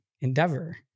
endeavor